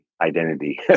identity